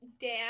dan